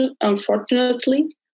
unfortunately